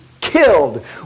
killed